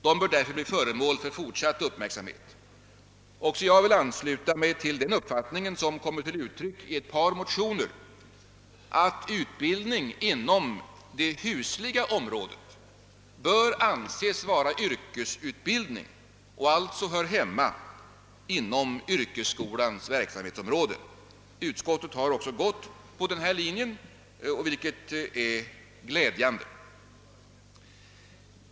De bör därför bli föremål för fortsatt uppmärksamhet. Också jag vill ansluta mig till den uppfattning som kommit till uttryck i ett par motioner, att utbildning inom det husliga området bör anses vara yrkesutbildning och alltså bör höra hemma inom yrkesskolans verksamhetsområde. Utskottet har också gått på denna linje, vilket är glädjande.